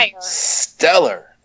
stellar